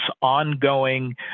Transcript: ongoing